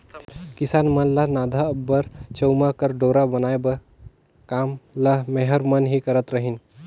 किसान मन ल नाधा बर चमउा कर डोरा बनाए कर काम ल मेहर मन ही करत रहिन